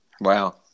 Wow